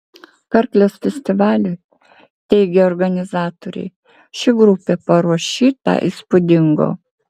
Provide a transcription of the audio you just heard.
karklės festivaliui teigia organizatoriai ši grupė paruoš šį tą įspūdingo